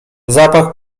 zapach